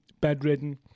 bedridden